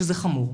שזה חמור,